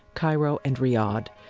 cairo, and riyadh,